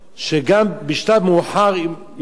בשלב מאוחר יותר,